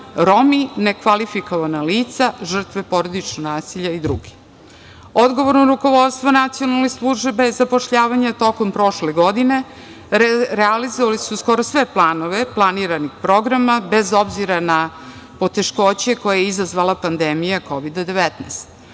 Romi, nekvalifikovana lica, žrtve porodičnog nasilja i drugi. Odgovorno rukovodstvo Nacionalne službe za zapošljavanje je tokom prošle godine realizovalo skoro sve planove planiranih programa bez obzira na poteškoće koje je izazvala pandemija Kovida 19.